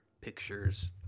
pictures